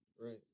Right